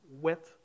wet